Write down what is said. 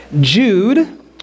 Jude